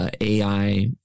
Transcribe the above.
AI